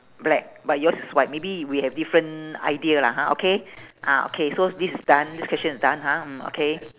black but yours is white maybe we have different idea lah ha okay ah okay so this is done this question is done ha mm okay